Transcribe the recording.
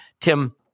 Tim